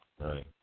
right